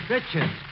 Richard